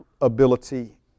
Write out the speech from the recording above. ability